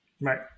Right